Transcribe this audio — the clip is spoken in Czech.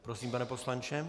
Prosím, pane poslanče.